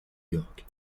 york